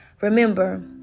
Remember